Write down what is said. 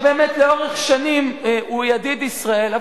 באמת לאורך שנים הוא ידיד ישראל,